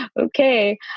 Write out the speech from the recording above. okay